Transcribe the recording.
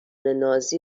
نازی